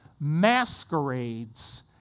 masquerades